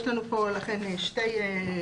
יש לנו פה שתי תוספות.